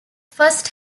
first